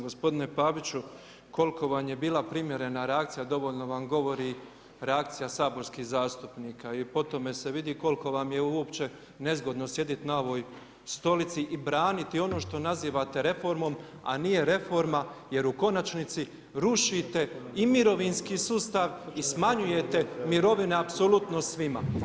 Gospodine Paviću koliko vam je bila primjerena reakcija dovoljno vam govori reakcija saborskih zastupnika i po tome se vidi koliko vam je uopće nezgodno sjedit na ovoj stolici i braniti ono što nazivate reformom, a nije reforma jer u konačnici rušite i mirovinski sustav i smanjujete mirovine apsolutno svima.